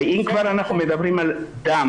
אם כבר אנחנו מדברים על דם